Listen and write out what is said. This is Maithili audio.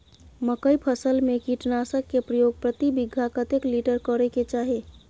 मकई फसल में कीटनासक के प्रयोग प्रति बीघा कतेक लीटर करय के चाही?